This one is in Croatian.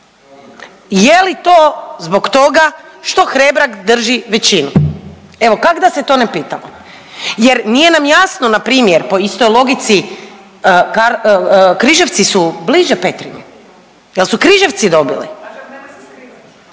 je li to zbog toga što Hrebak drži većinu? Evo, kak da se to ne pitamo? Jer nije nam jasno, npr. po istoj logici, Križevci su bliže Petrinji, jesu Križevci dobili?